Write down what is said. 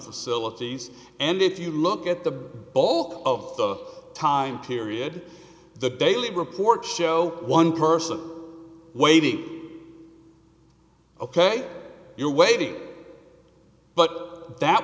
facilities and if you look at the all of the time period the daily reports show one person waiting ok you're waiting but that